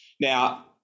Now